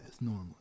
normally